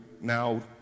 now